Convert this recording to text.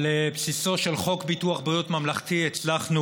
על בסיסו של חוק ביטוח בריאות ממלכתי הצלחנו